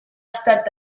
estat